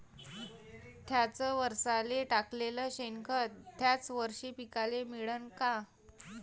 थ्याच वरसाले टाकलेलं शेनखत थ्याच वरशी पिकाले मिळन का?